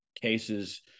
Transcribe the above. cases